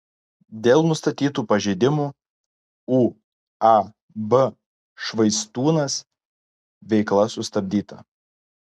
dėl nustatytų pažeidimų uab švaistūnas veikla sustabdyta